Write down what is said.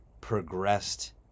progressed